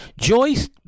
Joyce